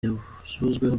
yavuzweho